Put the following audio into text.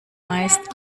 meist